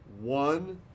One